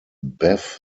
bev